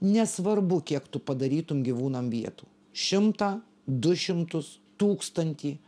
nesvarbu kiek tu padarytum gyvūnam vietų šimtą du šimtus tūkstantį